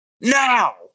NOW